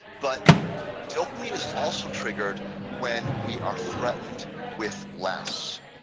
but dopamine is also triggered when we are threatened with less.